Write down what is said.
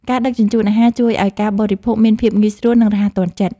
ការដឹកជញ្ជូនអាហារ ជួយឱ្យការបរិភោគមានភាពងាយស្រួល និងរហ័សទាន់ចិត្ត។